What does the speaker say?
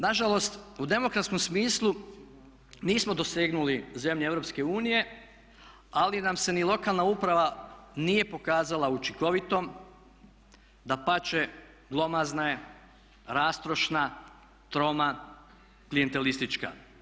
Nažalost, u demokratskom smislu nismo dosegnuli zemlje EU ali nam se ni lokalna uprava nije pokazala učinkovitom, dapače glomazna je, rastrošna, troma, klijentelistička.